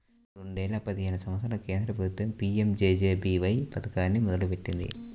రెండేల పదిహేను సంవత్సరంలో కేంద్ర ప్రభుత్వం పీయంజేజేబీవై పథకాన్ని మొదలుపెట్టింది